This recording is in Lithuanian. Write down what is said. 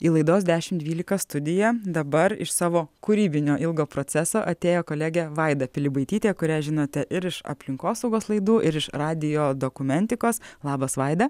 į laidos dešim dvylika studiją dabar iš savo kūrybinio ilgo proceso atėjo kolegė vaida pilibaitytė kurią žinote ir iš aplinkosaugos laidų ir iš radijo dokumentikos labas vaida